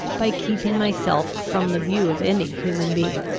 by keeping myself from the view of any human being.